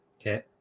Okay